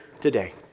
today